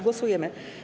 Głosujemy.